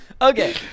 Okay